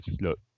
look